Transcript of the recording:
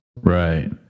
Right